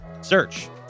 Search